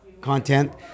content